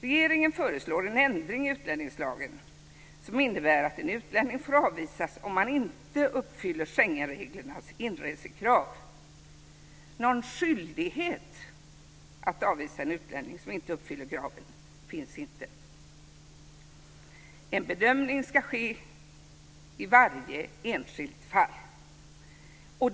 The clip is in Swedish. Regeringen föreslår en ändring i utlänningslagen som innebär att en utlänning får avvisas om han inte uppfyller Schengenreglernas inresekrav. Någon skyldighet att avvisa en utlänning som inte uppfyller kraven finns inte. En bedömning ska ske i varje enskilt fall.